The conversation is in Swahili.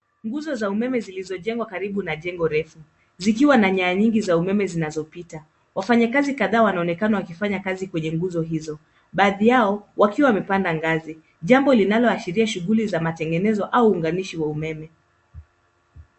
Nguzo za umeme zilizojengwa karibu na jengo refu zikiwa na nyanya nyingi za umeme zinazopita. Wafanyakazi kadhaa wanaonekana wakifanya kazi kwenye nguzo hizo baadhi yao wakiwa wamepanda ngazi. Jambo linaloashiria shughuli za matengenezo aunganishi wa umeme.